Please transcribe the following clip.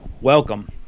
welcome